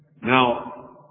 Now